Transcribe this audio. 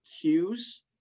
cues